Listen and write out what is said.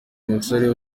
musore